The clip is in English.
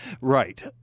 right